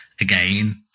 Again